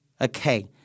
Okay